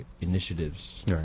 initiatives